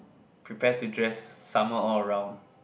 prepare to dress summer all around